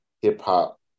hip-hop